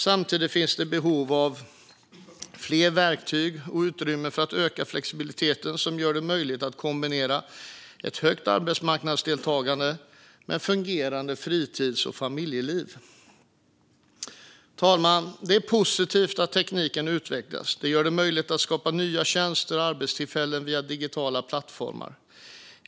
Samtidigt finns det behov av fler verktyg och ökat utrymme för flexibilitet som gör det möjligt att kombinera ett högt arbetsmarknadsdeltagande med ett fungerande fritids och familjeliv. Herr talman! Det är positivt att tekniken utvecklas. Det gör det möjligt att skapa nya tjänster och arbetstillfällen via digitala plattformar.